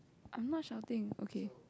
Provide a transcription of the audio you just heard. I'm not shouting okay